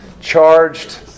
charged